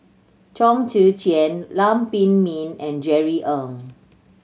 Chong Tze Chien Lam Pin Min and Jerry Ng